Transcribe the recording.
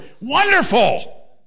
Wonderful